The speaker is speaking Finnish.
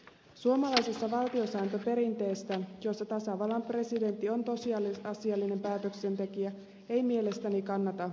suomalaisesta valtiosääntöperinteestä jossa tasavallan presidentti on tosiasiallinen päätöksentekijä ei mielestäni kannata luopua